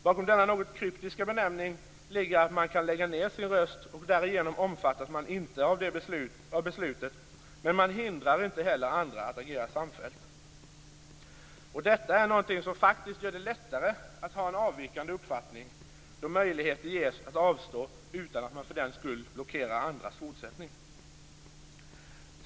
Bakom denna något kryptiska benämning ligger att man kan lägga ned sin röst och därigenom inte omfattas av beslutet utan att detta hindrar andra att agera samfällt. Detta är något som faktiskt gör det lättare att ha en avvikande uppfattning, då möjlighet ges att avstå utan att man för den skull blockerar andras fortsättning.